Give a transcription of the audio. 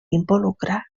involucrar